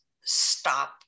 stop